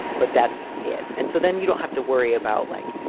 but that's it. and so then you don't have to worry about like,